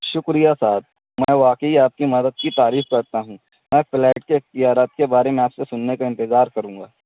شکریہ صاحب میں واقعی آپ کی مدد کی تعریف کرتا ہوں میں فلیٹ کے اختیارات کے بارے میں آپ سے سننے کا انتظار کروں گا